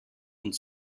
und